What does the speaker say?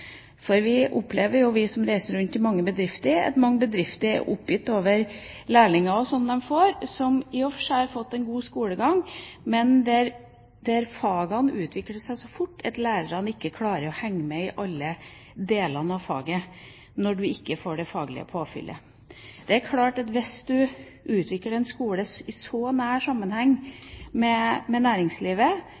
Vi som reiser rundt til bedrifter, opplever at mange er oppgitt over lærlinger som de får, som i og for seg har fått en god skolegang, men fagene utvikler seg så fort at lærerne ikke klarer å henge med i alle deler når de ikke får det faglige påfyllet. Det er klart at hvis man utvikler en skole i så nær sammenheng med næringslivet, vil det også være mer inspirerende og lettere for lærerne å henge med.